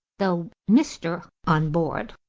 though mister on board.